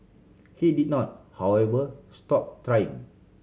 he did not however stop trying